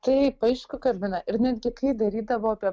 taip aišku kabina ir netgi kai darydavau apie